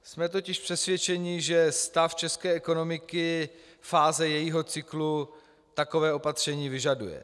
Jsme totiž přesvědčeni, že stav české ekonomiky, fáze jejího cyklu, taková opatření vyžaduje.